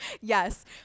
Yes